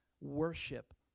worship